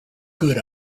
good